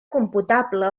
computable